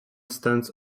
stands